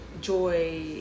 joy